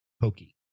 pokey